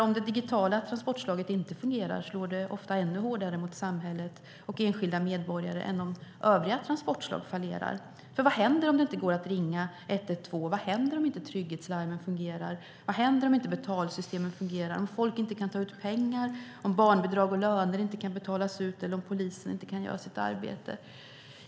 Om det digitala transportslaget inte fungerar slår det ofta hårdare mot samhället och enskilda medborgare än om övriga transportslag fallerar. Vad händer om det inte går att ringa 112? Vad händer om trygghetslarmen inte fungerar? Vad händer om betalsystemen inte fungerar och folk inte kan ta ut pengar? Vad händer om barnbidrag och löner inte kan betalas ut? Vad händer om polisen inte kan göra sitt arbete?